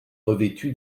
revêtu